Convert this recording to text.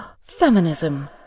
Feminism